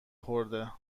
خورده